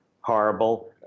horrible